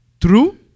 true